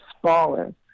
smaller